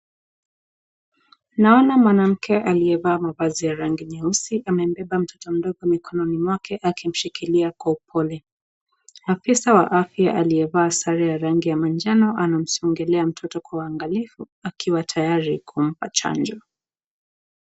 Naona mwanamke aliyevaa mavazi ya rangi nyeusi amembeba mtoto mdogo mkononi mwake akimshikilia kwa upole, afisa waafya aliyevaa sare ya rangi ya manjano anamsongelea mtoto kwa uangalifu akiwa tayari kumpa chanjo.